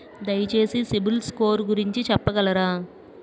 దయచేసి సిబిల్ స్కోర్ గురించి చెప్పగలరా?